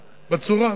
בצורה,